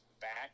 back